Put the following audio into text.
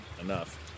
enough